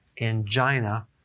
angina